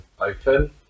open